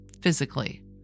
physically